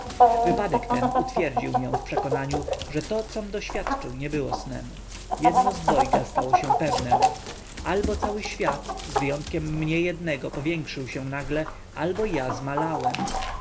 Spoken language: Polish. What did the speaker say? wypadek ten utwierdził mię w przekonaniu że to com doświadczył nie było snem jedno z dwojga stało się pewnem albo cały świat z wyjątkiem mnie jednego powiększył się nagle albo ja zmalałem